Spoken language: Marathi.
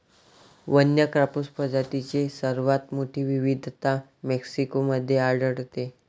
वन्य कापूस प्रजातींची सर्वात मोठी विविधता मेक्सिको मध्ये आढळते